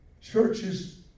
Churches